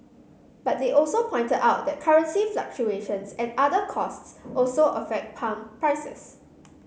but they also pointed out that currency fluctuations and other costs also affect pump prices